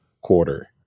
quarter